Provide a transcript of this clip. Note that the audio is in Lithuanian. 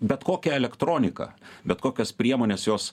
bet kokią elektroniką bet kokios priemones jos